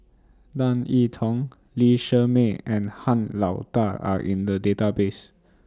Tan I Tong Lee Shermay and Han Lao DA Are in The Database